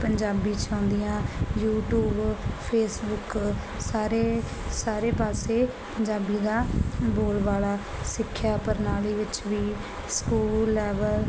ਪੰਜਾਬੀ 'ਚ ਆਉਂਦੀਆਂ YouTube Facebook ਸਾਰੇ ਸਾਰੇ ਪਾਸੇ ਪੰਜਾਬੀ ਦਾ ਬੋਲਬਾਲਾ ਸਿੱਖਿਆ ਪ੍ਰਣਾਲੀ ਵਿੱਚ ਵੀ ਸਕੂਲ ਲੈਵਲ